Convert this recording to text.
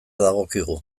dagokigu